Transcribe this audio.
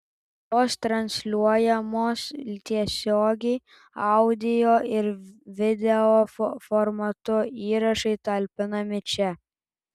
laidos transliuojamos tiesiogiai audio ir video formatu įrašai talpinami čia